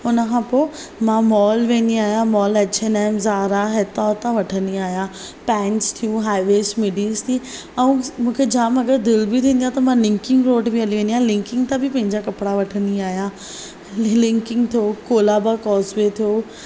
हुन खां पोइ मां मॉल वेंदी आहियां mall H and M Zara हितां हुतां वठंदी आहियां पैंटस थियूं हाई वेस्ट मिडीस थी ऐं मूंखे जामु अग॒रि दिलि बी थींदी आहियां त मां लिंकिंग रोड बि हली वेंदी आहियां लिंकिंग तां बि पंहिंजा कपड़ा वठंदी आहिया लिंकिंग थियो कोलाबा कोसवे थियो